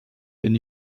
bin